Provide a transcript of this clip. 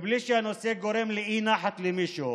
בלי שהנושא גורם לאי-נחת למישהו.